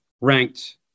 ranked